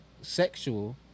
sexual